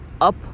up